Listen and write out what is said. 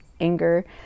anger